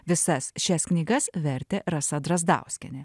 visas šias knygas vertė rasa drazdauskienė